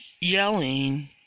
yelling